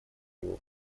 его